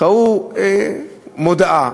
ראו מודעה,